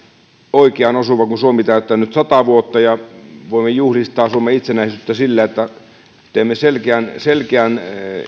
oikeaan osuva kun suomi täyttää nyt sata vuotta ja voimme juhlistaa suomen itsenäisyyttä sillä että teemme selkeän selkeän